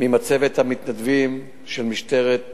ממצבת המתנדבים של משטרת טבריה.